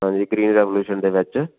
ਹਾਂਜੀ green revolution ਦੇ ਵਿੱਚ